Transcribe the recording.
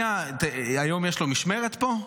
היום יש לו משמרת פה?